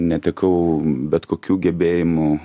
netekau bet kokių gebėjimų